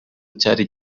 cyari